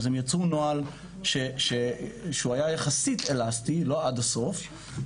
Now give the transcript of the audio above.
אז הם יצרו נוהל שהוא היה יחסית אלסטי לא עד הסוף,